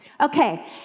Okay